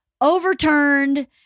overturned